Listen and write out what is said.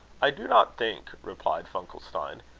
i do not think, replied funkelstein,